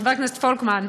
חבר הכנסת פולקמן,